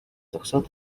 зогсоод